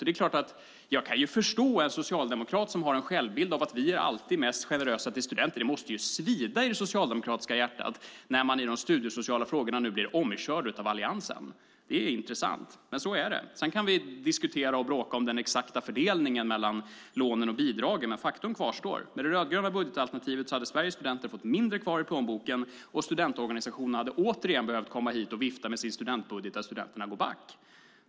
Jag kan förstå att det måste svida i hjärtat hos en socialdemokrat, som har en självbild av att man alltid är mest generös i fråga om studenterna, när man i de studiesociala frågorna nu blir omkörd av Alliansen. Det är intressant, men så är det. Sedan kan vi diskutera och bråka om den exakta fördelningen mellan lån och bidrag. Men faktum kvarstår: Med det rödgröna budgetalternativet hade Sveriges studenter fått mindre kvar i plånboken, och studentorganisationerna hade återigen behövt komma hit och vifta med sin studentbudget för att visa att studenterna går back.